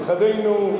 נכדינו,